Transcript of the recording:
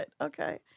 Okay